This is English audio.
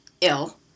ill